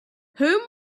whom